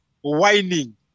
whining